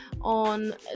on